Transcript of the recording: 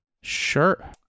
Sure